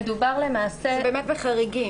מדובר באמת בחריגים.